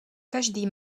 každý